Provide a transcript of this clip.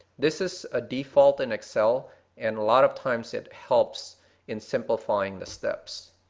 this is a default in excel and a lot of times it helps in simplifying the steps.